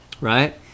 right